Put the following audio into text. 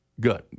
good